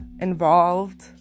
involved